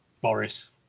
Boris